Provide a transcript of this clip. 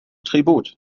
tribut